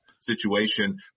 situation